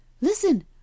Listen